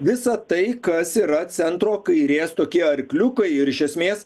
visą tai kas yra centro kairės tokie arkliukai ir iš esmės